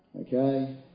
okay